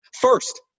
first